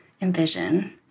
envision